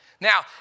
Now